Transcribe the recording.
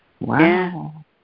Wow